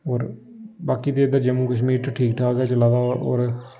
होर बाकी ते इद्धर जम्मू कश्मीर च ठीक ठाक ऐ चला दा होर